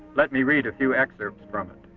let me read a few excerpts from it.